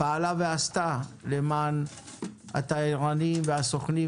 פעלה ועשתה למען התיירנים והסוכנים,